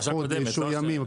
או חודש או ימים -- הפרשה הקודמת.